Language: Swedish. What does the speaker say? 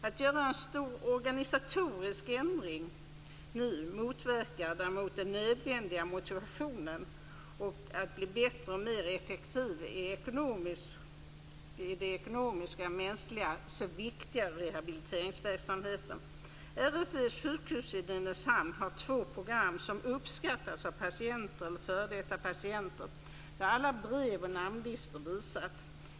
Att göra en stor organisatorisk ändring nu motverkar däremot den nödvändiga motivationen att bli bättre och mer effektiv i den ekonomiskt och mänskligt så viktiga rehabiliteringverksamheten. RFV:s sjukhus i Nynäshamn har två program som uppskattas av patienter eller f.d. patienter. De har alla brev och namnlistor visat.